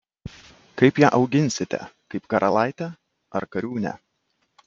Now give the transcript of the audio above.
kaip ją auginsite kaip karalaitę ar kariūnę